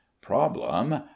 problem